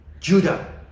Judah